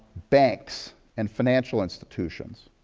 banks and financial institutions,